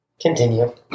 Continue